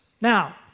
Now